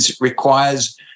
requires